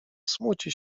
smuci